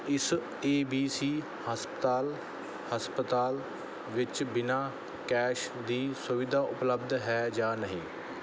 ਇਸ A B C ਹਸਪਤਾਲ ਹਸਪਤਾਲ ਵਿੱਚ ਬਿਨਾਂ ਕੈਸ਼ ਦੀ ਸੁਵਿਧਾ ਉਪਲੱਬਧ ਹੈ ਜਾਂ ਨਹੀਂ